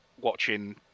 watching